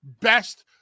best